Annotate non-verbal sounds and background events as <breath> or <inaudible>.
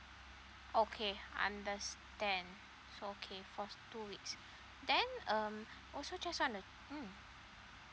okay understand okay for two weeks <breath> then um <breath> also just want to mm